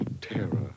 terror